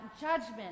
judgment